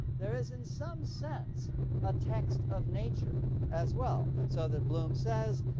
there is in some sense a text of nature as well, so that bloom says,